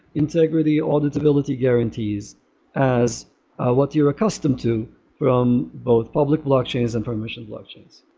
integrity, audit ability guarantees as what you're accustomed to from both public blockchains and from mission blockchains.